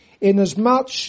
inasmuch